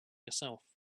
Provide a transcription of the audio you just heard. yourself